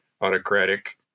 autocratic